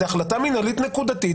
זה החלטה מינהלית נקודתית.